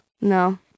No